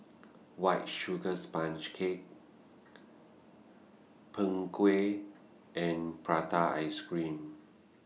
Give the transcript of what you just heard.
White Sugar Sponge Cake Png Kueh and Prata Ice Cream